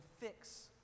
fix